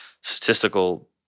statistical